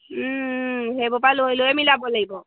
সেইবপা লৈ লৈ মিলাব লাগিব